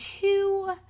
two